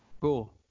Cool